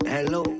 Hello